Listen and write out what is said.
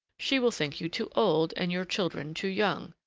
she will think you too old and your children too young.